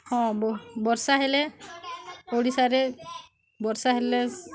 ହଁ ବର୍ଷା ହେଲେ ଓଡ଼ିଶାରେ ବର୍ଷା ହେଲେ